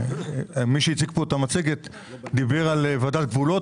מי שהציג כאן את המצגת דיבר על ועדת גבולות.